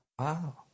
Wow